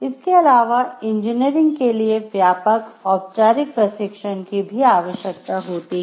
इसके अलावा इंजीनियरिंग के लिए व्यापक औपचारिक प्रशिक्षण की भी आवश्यकता होती है